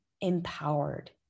empowered